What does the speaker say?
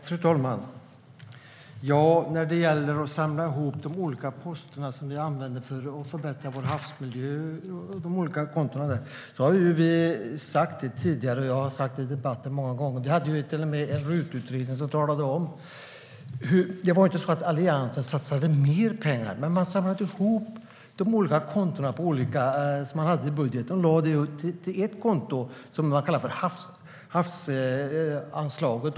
Fru talman! Detta med att man samlade ihop de olika poster och konton som användes för att förbättra vår havsmiljö har vi talat om i debatten många gånger. Vi hade till och med en RUT-utredning som berörde detta. Det var ju inte så att Alliansen satsade mer pengar, men man samlade ihop de olika kontona i budgeten till ett konto, som man kallade för havsmiljöanslaget.